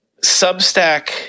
Substack